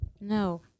No